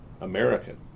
American